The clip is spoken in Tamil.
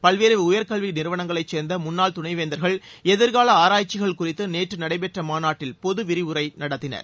பல்வேறு உயர் கல்வி நிறுவனங்களைச் சேர்ந்த முன்னாள் துணைவேந்தர்கள் எதிர்கால ஆராய்ச்சிகள் குறித்து நேற்று நடைபெற்ற மாநாட்டில் பொது விரிவுரை நடத்தினர்